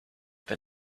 but